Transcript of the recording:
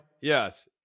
Yes